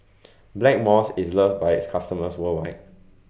Blackmores IS loves By its customers worldwide